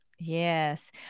Yes